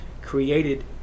created